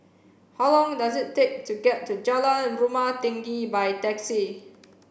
how long does it take to get to Jalan Rumah Tinggi by taxi